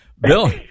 Bill